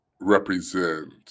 represent